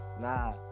Nah